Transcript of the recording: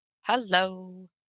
hello